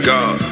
God